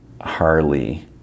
Harley